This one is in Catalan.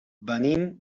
venim